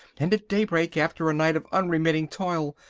and at daybreak, after a night of unremitting toil,